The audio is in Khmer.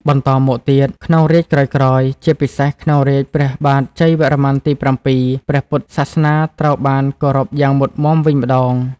បន្តមកទៀត ក្នុងរាជ្យក្រោយៗ ជាពិសេសក្នុងរាជព្រះបាទជ័យវរ្ម័នទី៧ ព្រះពុទ្ធ សាសនាត្រូវបានគោរពយ៉ាងមុតមាំវិញម្តង។